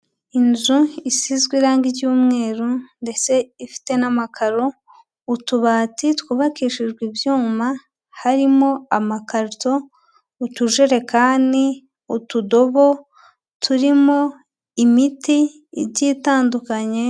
Inzu isizwe irangi ry'umweru ndetse ifite n'amakaro, utubati twubakishijwe ibyuma harimo amakarito, utujerekani, utudobo turimo imiti igiye itandukanye.